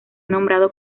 nombrado